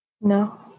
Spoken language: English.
No